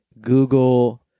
Google